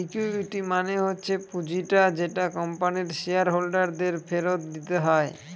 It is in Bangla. ইকুইটি মানে হচ্ছে পুঁজিটা যেটা কোম্পানির শেয়ার হোল্ডার দের ফেরত দিতে হয়